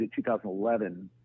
2011